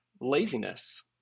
laziness